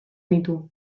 ditu